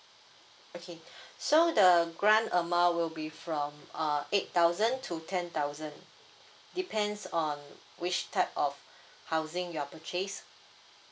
okay so the grant amount will be from uh eight thousand to ten thousand depends on which type of housing you purchase